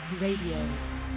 Radio